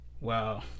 Wow